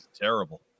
terrible